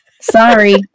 Sorry